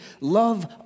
love